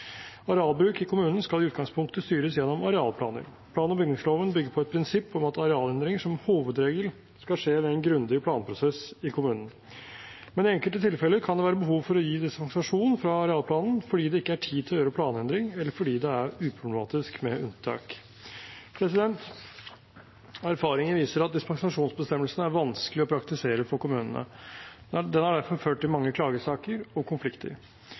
Arealbruk i kommunen skal i utgangspunktet styres gjennom arealplaner. Plan- og bygningsloven bygger på et prinsipp om at arealendringer som hovedregel skal skje ved en grundig planprosess i kommunen, men i enkelte tilfeller kan det være behov for å gi dispensasjon fra arealplanen fordi det ikke er tid til å gjøre planendring eller fordi det er uproblematisk med unntak. Erfaringer viser at dispensasjonsbestemmelsen er vanskelig å praktisere for kommunene. Den har derfor ført til mange klagesaker og konflikter.